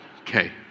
Okay